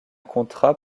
contrat